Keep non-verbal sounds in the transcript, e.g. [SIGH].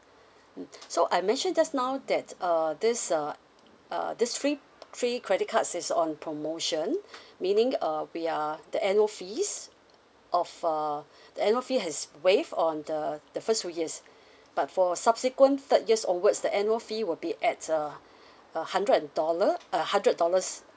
so I mentioned just now that uh this uh uh this free free credit card is on promotion [BREATH] meaning uh we are the annual fees of uh [BREATH] the annual fees has waived on the the first two years [BREATH] but for subsequent third years onwards the annual fee will be at uh [BREATH] a hundred and dollar a hundred dollars